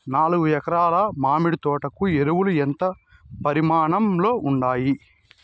నాలుగు ఎకరా ల మామిడి తోట కు ఎరువులు ఎంత పరిమాణం లో ఉండాలి?